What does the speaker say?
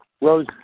Rose